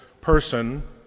person